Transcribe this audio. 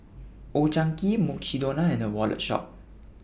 Old Chang Kee Mukshidonna and The Wallet Shop